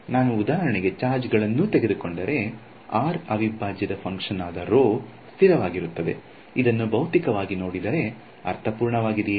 ನಾನು ಉದಾಹರಣೆಗೆ ಚಾರ್ಜ್ ಗಳನ್ನೂ ತೆಗೆದುಕೊಂಡರೆ r ಅವಿಭಾಜ್ಯದ ಫಂಕ್ಷನ್ ಆದ ರೋ ಸ್ಥಿರವಾಗಿರುತ್ತದೆ ಇದನ್ನು ಭೌತಿಕ ವಾಗಿ ನೋಡಿದರೆ ಅರ್ಥಪೂರ್ಣವಾಗಿದೆಯೇ